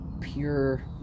pure